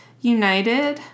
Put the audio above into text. United